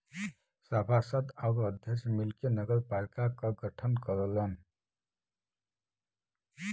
सभासद आउर अध्यक्ष मिलके नगरपालिका क गठन करलन